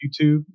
YouTube